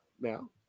Now